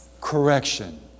correction